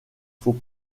faut